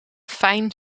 fijn